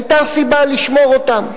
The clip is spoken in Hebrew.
היתה סיבה לשמור אותם.